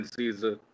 Caesar